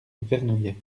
vernouillet